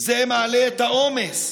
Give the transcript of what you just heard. וזה מעלה את העומס,